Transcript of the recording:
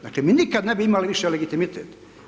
Dakle mi nikad ne bi imali više legitimitet.